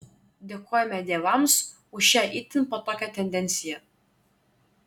dėkojame dievams už šią itin patogią tendenciją